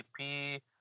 ep